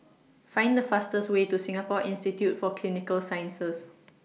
Find The fastest Way to Singapore Institute For Clinical Sciences